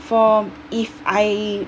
for if I